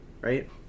right